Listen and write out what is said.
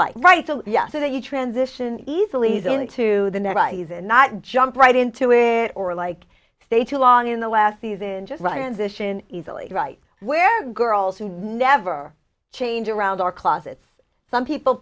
like right so yes so that you transition easily easily to the net rise and not jump right into it or like stay too long in the last season just ryan's ition easily right where girls who never change around our closets some people